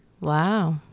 wow